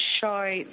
show